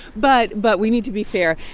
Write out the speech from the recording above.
but but we need to be fair.